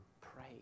pray